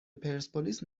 پرسپولیس